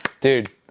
Dude